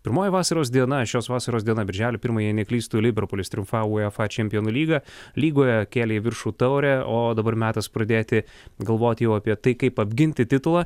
pirmoji vasaros diena šios vasaros diena birželio pirmąją jei neklystu liverpulis triumfavo uefa čempionų lygą lygoje kėlė į viršų taurę o dabar metas pradėti galvoti jau apie tai kaip apginti titulą